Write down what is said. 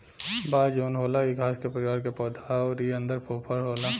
बांस जवन होला इ घास के परिवार के पौधा हा अउर इ अन्दर फोफर होला